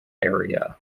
area